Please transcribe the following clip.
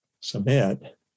submit